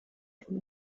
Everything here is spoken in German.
von